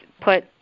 put